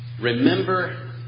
Remember